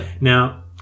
Now